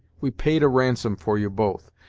we paid a ransom for you both,